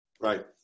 Right